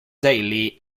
daly